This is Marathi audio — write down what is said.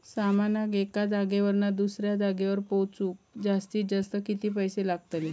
सामानाक एका जागेवरना दुसऱ्या जागेवर पोचवूक जास्तीत जास्त किती पैशे लागतले?